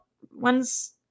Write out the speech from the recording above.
When's